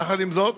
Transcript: יחד עם זאת,